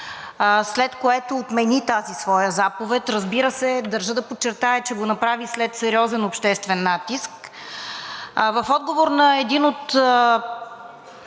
след което отмени тази своя заповед. Разбира се, държа да подчертая, че го направи след сериозен обществен натиск. В отговор на един от